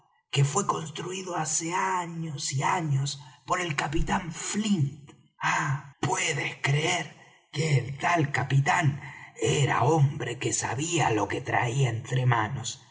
que fué construído hace años y años por el capitán flint ah puedes creer que el tal capitán era hombre que sabía lo que traía entre manos